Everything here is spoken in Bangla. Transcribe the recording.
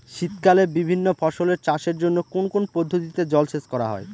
শীতকালে বিভিন্ন ফসলের চাষের জন্য কোন কোন পদ্ধতিতে জলসেচ করা হয়?